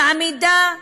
מעמידה רבים,